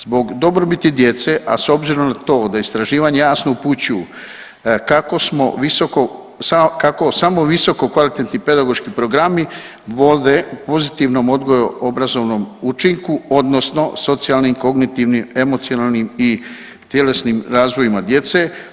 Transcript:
Zbog dobrobiti djece, a s obzirom na to da istraživanja jasno upućuju kako samo visokokvalitetni pedagoški programi vode pozitivnom odgoju i obrazovnom učinku odnosno socijalnim, kognitivnim, emocionalnim i tjelesnim razvojima djece.